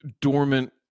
dormant